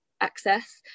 access